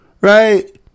right